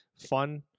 fun